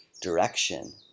direction